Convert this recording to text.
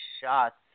shots